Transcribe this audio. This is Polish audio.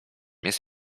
jest